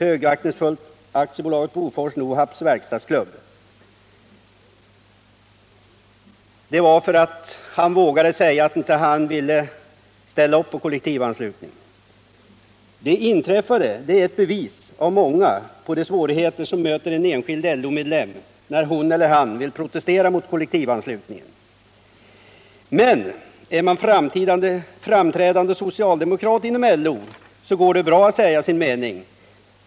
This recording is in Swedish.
Detta skrevs alltså därför att denne medlem vågade säga att han inte ville ställa upp på kollektivanslutningen. Det inträffade är ett bevis av många på de svårigheter som möter en enskild LO-medlem när han eller hon vill protestera mot kollektivanslutningen. Men är man framträdande socialdemokrat inom LO så går det bra att säga sin mening.